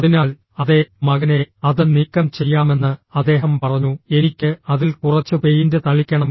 അതിനാൽ അതെ മകനേ അത് നീക്കം ചെയ്യാമെന്ന് അദ്ദേഹം പറഞ്ഞു എനിക്ക് അതിൽ കുറച്ച് പെയിന്റ് തളിക്കണം